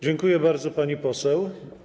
Dziękuję bardzo, pani poseł.